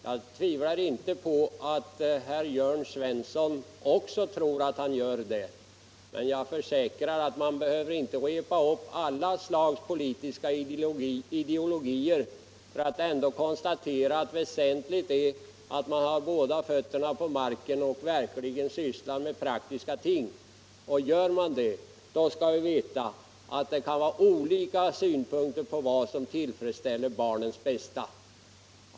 Jag tvivlar inte på att herr Jörn Svensson också tror att han gör det, men jag försäkrar att man inte behöver upprepa alla slags politiska ideologier för att sedan ändå konstatera att det är väsentligt att ha båda fötterna på marken och verkligen syssla med praktiska ting. Gör man det skall vi också veta att det kan finnas olika synpunkter på vad som tillfredsställer barnens bästa.